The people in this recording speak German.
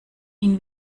ihn